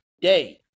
day